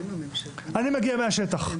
אני מגיע מהשטח.